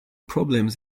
problems